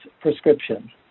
prescription